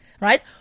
right